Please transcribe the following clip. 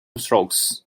strokes